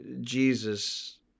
Jesus